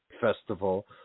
Festival